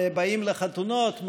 באים לחתונות,